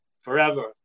forever